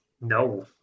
No